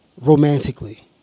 romantically